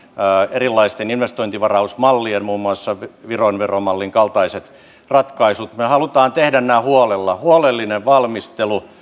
erilaisten investointivarausmallien muun muassa viron veromallin kaltaiset ratkaisut me haluamme tehdä nämä huolella huolellinen valmistelu